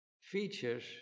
features